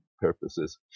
purposes